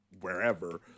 wherever